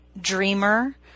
dreamer